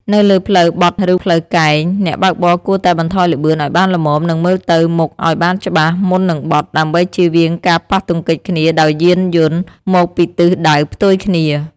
នៅលើផ្លូវបត់ឬផ្លូវកែង អ្នកបើកបរគួរតែបន្ថយល្បឿនឱ្យបានល្មមនិងមើលទៅមុខឱ្យបានច្បាស់មុននឹងបត់ដើម្បីជៀសវាងការប៉ះទង្គិចគ្នាដោយយានយន្តមកពីទិសដៅផ្ទុយគ្នា។